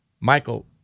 Michael